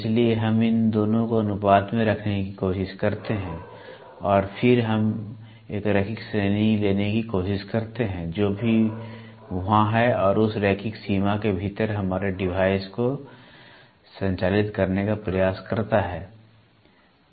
इसलिए हम इन दोनों को अनुपात में रखने की कोशिश करते हैं और फिर हम एक रैखिक श्रेणी लेने की कोशिश करते हैं जो भी वहाँ है और उस रैखिक सीमा के भीतर हमारे डिवाइस को संचालित करने का प्रयास करते हैं